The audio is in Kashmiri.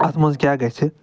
اتھ منٛز کیٚاہ گژھِ